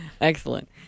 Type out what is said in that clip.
Excellent